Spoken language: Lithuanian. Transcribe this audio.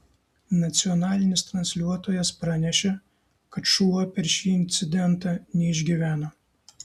nacionalinis transliuotojas pranešė kad šuo per šį incidentą neišgyveno